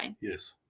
Yes